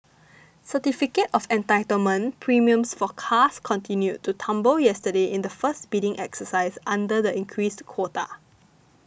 certificate of Entitlement premiums for cars continued to tumble yesterday in the first bidding exercise under the increased quota